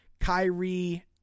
Kyrie